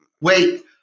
Wait